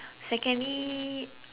secondly